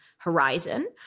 Horizon